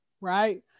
right